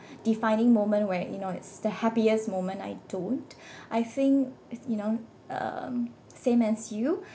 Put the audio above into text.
defining moment where you know it's the happiest moment I don't I think it's you know um same as you